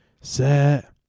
set